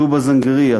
טובא-זנגרייה,